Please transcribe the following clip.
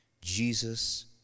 Jesus